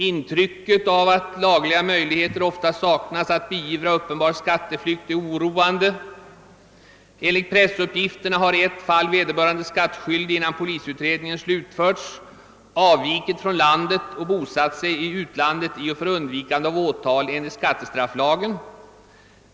Intrycket av att lagliga möjligheter ofta saknas att beivra uppenbar skatteflykt är oroande. Enligt pressuppgifterna har i ett fall vederbörande skattskyldig innan polisutredningen slutförts avvikit från landet och bosatt sig i utlandet i och för undvikande av åtal enligt skattestrafflagen.